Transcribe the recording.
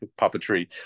puppetry